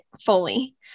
fully